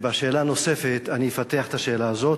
ובשאלה הנוספת אני אפתח את השאלה הזאת.